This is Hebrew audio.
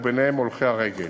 וביניהם הולכי הרגל.